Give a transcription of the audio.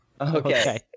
Okay